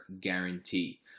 guarantee